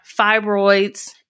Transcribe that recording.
fibroids